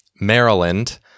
Maryland